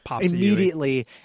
immediately